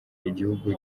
igihugu